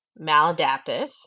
maladaptive